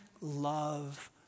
love